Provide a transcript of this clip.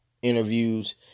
interviews